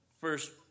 first